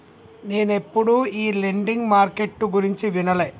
నేనెప్పుడు ఈ lending market గురించి వినలే